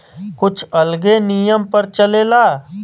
कुछ अलगे नियम पर चलेला